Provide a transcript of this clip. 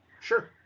Sure